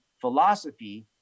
philosophy